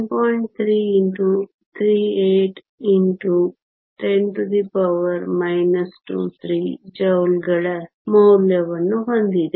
38 x 10 23 ಜೌಲ್ಗಳ ಮೌಲ್ಯವನ್ನು ಹೊಂದಿದೆ